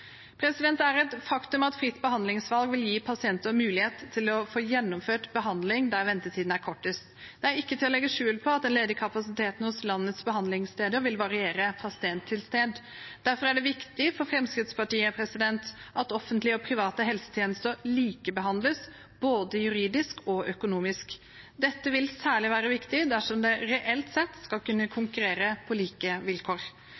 Det er et faktum at fritt behandlingsvalg vil gi pasienter mulighet til å få gjennomført behandling der ventetiden er kortest. Det er ikke til å legge skjul på at den ledige kapasiteten hos landets behandlingssteder vil variere fra sted til sted. Derfor er det viktig for Fremskrittspartiet at offentlige og private helsetjenester likebehandles både juridisk og økonomisk. Dette vil særlig være viktig dersom de reelt sett skal kunne konkurrere på like vilkår.